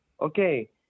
okay